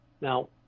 Now